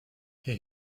herr